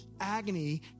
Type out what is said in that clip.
agony